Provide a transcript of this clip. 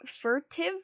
furtive